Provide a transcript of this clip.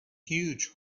huge